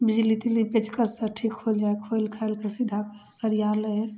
बिजली तिजली पेचकस सऽ ठीक हो जाइ है खोलि खालिकऽ सीधा सरिया लै हइ